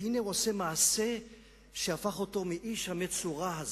והנה הוא עושה מעשה שהפך אותו מהאיש המצורע הזה,